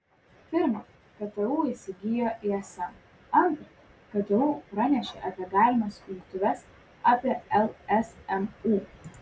pirma ktu įsigijo ism antra ktu pranešė apie galimas jungtuves apie lsmu